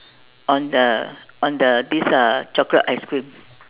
on the on the this uh chocolate ice cream